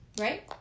Right